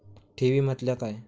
ठेवी म्हटल्या काय?